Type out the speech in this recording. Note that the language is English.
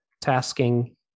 tasking